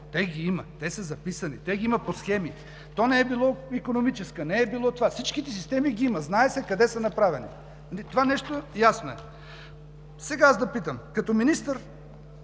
тях ги има, те са записани, има ги по схеми. То не е било икономическа, не е било… Всичките системи ги има. Знае се къде са направени. Това нещо е ясно. Сега да попитам като министър